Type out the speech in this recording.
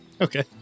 Okay